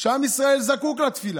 שעם ישראל זקוק לתפילה,